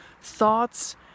thoughts